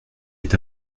est